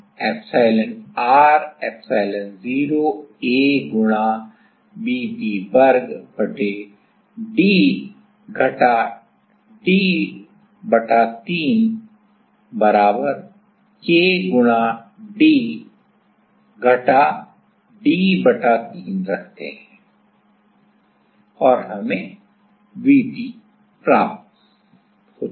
तो तब हमें epsilonr epsilon0 A गुणा Vp वर्ग d घटा d बटा तीन बराबर K गुणा d घटा d बटा तीन रखते हैं और हम Vp प्राप्त करेंगे